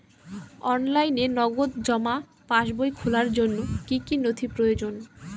অনলাইনে নগদ জমা পাসবই খোলার জন্য কী কী নথি প্রয়োজন?